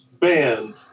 banned